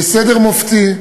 בסדר מופתי,